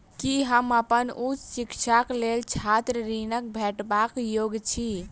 की हम अप्पन उच्च शिक्षाक लेल छात्र ऋणक भेटबाक योग्य छी?